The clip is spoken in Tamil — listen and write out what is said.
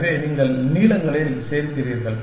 எனவே நீங்கள் நீளங்களில் சேர்க்கிறீர்கள்